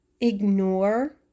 ignore